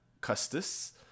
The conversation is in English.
Custis